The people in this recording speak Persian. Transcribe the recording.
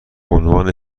عنوان